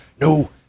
no